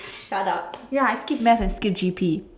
shut up ya I skipped math and skipped G_P